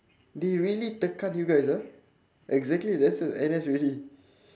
they really tekan you guys ah exactly that's uh N_S already